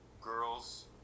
girls